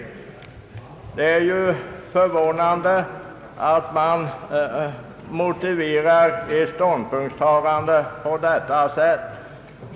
Det är ju förvånande att man motiverar ett ståndpunktstagande på detta sätt.